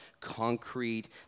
concrete